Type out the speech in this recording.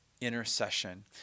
intercession